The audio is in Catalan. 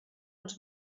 ens